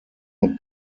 not